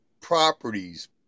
properties